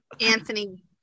Anthony